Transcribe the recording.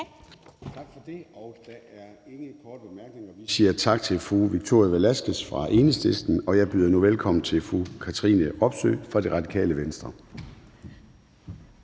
Tak for det, der er ingen korte bemærkninger. Vi siger tak til fru Victoria Velasquez fra Enhedslisten. Og jeg byder nu velkommen til fru Katrine Robsøe fra Radikale Venstre.